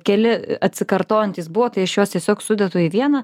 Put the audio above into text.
keli atsikartojantys buvo tai aš juos tiesiog sudedu į vieną